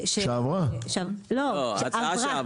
לפי ההצעה,